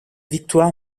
victoire